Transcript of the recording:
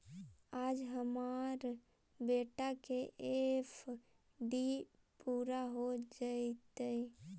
आज हमार बेटा के एफ.डी पूरा हो जयतई